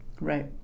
Right